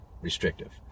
restrictive